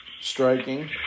striking